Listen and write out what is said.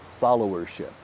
followership